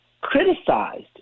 criticized